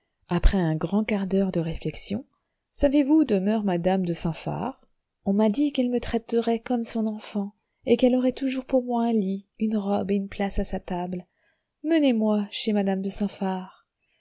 après un grand quart d'heure de réflexion savez-vous où demeure madame de saint phar on m'a dit qu'elle me traiterait comme son enfant et qu'elle aurait toujours pour moi un lit une robe et une place à sa table menez-moi chez madame de